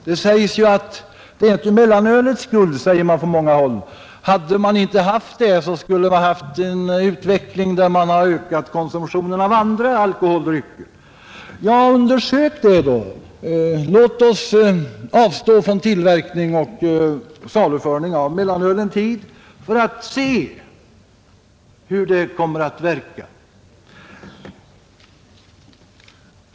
Det är inte mellanölets skuld, säger man på många håll. Hade vi inte haft mellanölet, skulle vi haft en utveckling med ökad konsumtion av andra alkoholdrycker, heter det. Ja, men undersök den saken! Låt oss avstå från tillverkning och saluförande av mellanöl en tid för att se hur det kommer att verka.